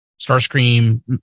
Starscream